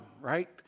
right